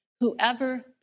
Whoever